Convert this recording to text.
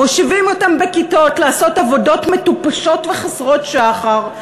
מושיבים אותם בכיתות לעשות עבודות מטופשות וחסרות שחר,